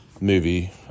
movie